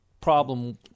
problem